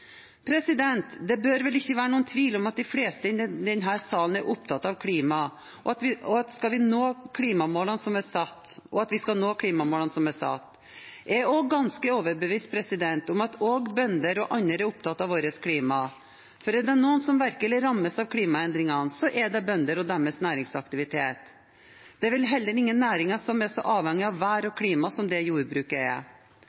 Det bør vel ikke være tvil om at de fleste i denne salen er opptatt av klima, og at vi skal nå klimamålene som er satt. Jeg er også ganske overbevist om at også bønder og andre er opptatt av vårt klima. For er det noen som virkelig rammes av klimaendringene, så er det bønder og deres næringsaktivitet. Det er vel heller ingen næringer som er så avhengig av vær